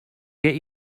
get